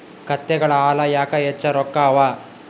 ಕತ್ತೆಗಳ ಹಾಲ ಯಾಕ ಹೆಚ್ಚ ರೊಕ್ಕ ಅವಾ?